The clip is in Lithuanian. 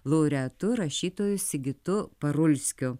laureatu rašytoju sigitu parulskiu